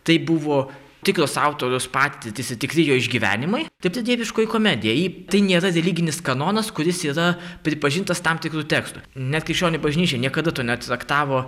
tai buvo tikros autoriaus patirtys ir tikri jo išgyvenimai taip tai dieviškoji komedija į tai nėra religinis kanonas kuris yra pripažintas tam tikru tekstu net krikščionių bažnyčia niekada to netraktavo